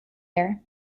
air